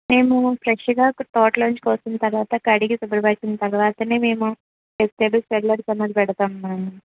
మేము ఫ్రెష్గా అక్కడ తోటలో నుంచి కోసిన తరవాత కడిగి శుభ్రపరచిన తరవాత మేము వెజిటేబుల్స్ సేల్ అని పెడతాము మేడమ్